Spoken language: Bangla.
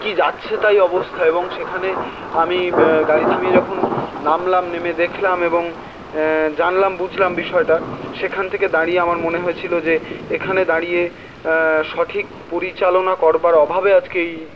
কি যাচ্ছে তাই অবস্থা এবং সেখানে আমি গাড়ি থামিয়ে যখন নামলাম নেমে দেখলাম এবং জানলাম বুঝলাম বিষয়টা সেখান থেকে দাঁড়িয়ে আমার মনে হয়েছিলো যে এখানে দাঁড়িয়ে সঠিক পরিচালনা করবার অভাবে আজকে এই